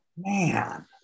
man